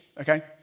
okay